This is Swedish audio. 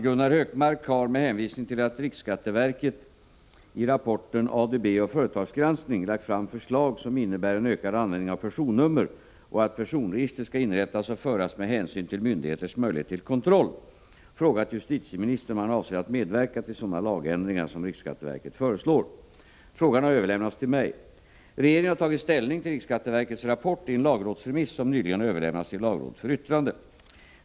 Gunnar Hökmark har — med hänvisning till att riksskatteverket i rapporten ADB och företagsgranskning lagt fram förslag som innebär en ökad användning av personnummer och att personregister skall inrättas och föras med hänsyn till myndigheters möjlighet till kontroll — frågat justitieministern om han avser att medverka till sådana lagändringar som riksskatteverket föreslår. Frågan har överlämnats till mig. Regeringen har tagit ställning till riksskatteverkets rapport i en lagrådsremiss som nyligen har överlämnats till lagrådet för yttrande.